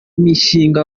mishinga